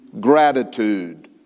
gratitude